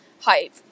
hype